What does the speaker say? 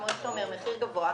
כפי שאתה אומר: המחיר גבוה,